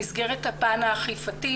במסגרת הפן האכיפתי,